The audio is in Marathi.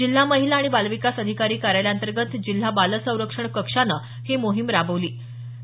जिल्हा महिला आणि बालविकास अधिकारी कार्यालयाअंतर्गत जिल्हा बाल संरक्षण कक्षानं ही मोहीम राबवली गेली